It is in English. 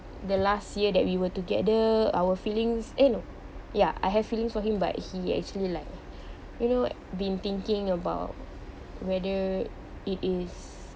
the last year that we were together our feelings eh no ya I have feelings for him but he actually like you know been thinking about whether it is